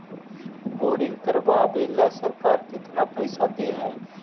Boring करबाबे ल सरकार केतना पैसा दे है?